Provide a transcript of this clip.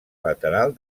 lateral